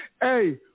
Hey